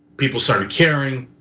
people started caring.